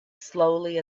slowly